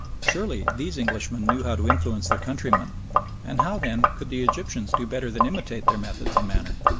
surely these englishmen knew how to influence their countrymen and how, then, could the egyptians do better than imitate their methods and manner?